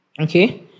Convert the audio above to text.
Okay